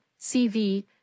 CV